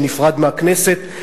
שנפרד מהכנסת,